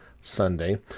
Sunday